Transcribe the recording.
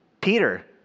Peter